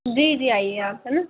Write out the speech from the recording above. जी जी आइए आप है ना